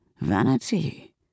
vanity